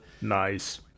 nice